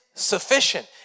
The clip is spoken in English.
sufficient